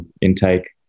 intake